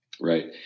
Right